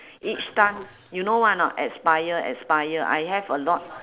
each time you know what or not expire expire I have a lot